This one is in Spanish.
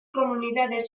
comunidades